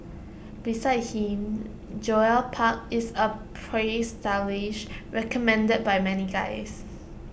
besides him Joel park is A praised stylist recommended by many guys